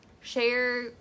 share